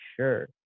sure